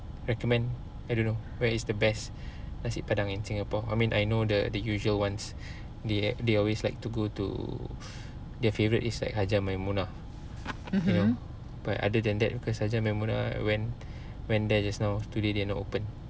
mmhmm